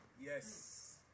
Yes